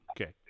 Okay